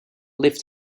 lift